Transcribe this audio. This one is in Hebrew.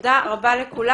תודה רבה לכולם.